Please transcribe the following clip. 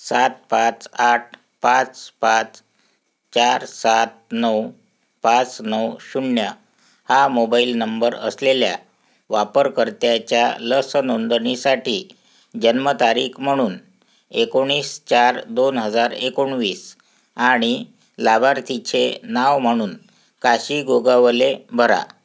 सात पाच आठ पाच पाच चार सात नऊ पाच नऊ शून्य हा मोबाईल नंबर असलेल्या वापरकर्त्याच्या लस नोंदणीसाठी जन्मतारीख म्हणून एकोणीस चार दोन हजार एकोणवीस आणि लाभार्थीचे नाव म्हणून काशी गोगावले भरा